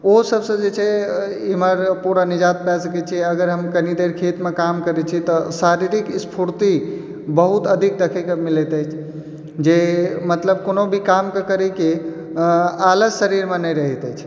ओ सभ से ज छै इमहर पुरा निजात पाबि सकैत छी अगर इमहर हम कनि देर खेतमे काम करै छी तऽ शारीरिक स्फूर्ति बहुत अधिक देखै कऽ मिलैत अछि जे मतलब कोनो भी काम कऽ करएके आलस्य शरीरमे नहि रहैत अछि